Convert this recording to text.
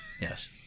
yes